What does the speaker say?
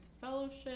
Fellowship